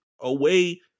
away